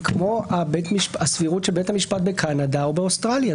היא כמו הסבירות של בית המשפט בקנדה או באוסטרליה.